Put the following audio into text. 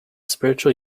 spiritual